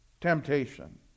temptation